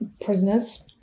prisoners